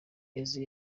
eazi